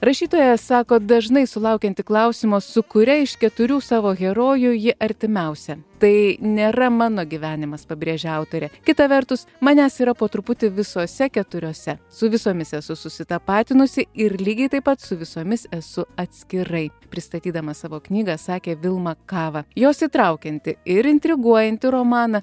rašytoja sako dažnai sulaukianti klausimo su kuria iš keturių savo herojų ji artimiausia tai nėra mano gyvenimas pabrėžia autorė kita vertus manęs yra po truputį visose keturiose su visomis esu susitapatinusi ir lygiai taip pat su visomis esu atskirai pristatydama savo knygą sakė vilma kava jos įtraukiantį ir intriguojantį romaną